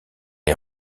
est